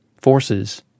forces